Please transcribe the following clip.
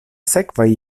sekvaj